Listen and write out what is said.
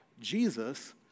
Jesus